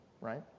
right